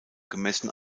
gemessen